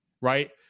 right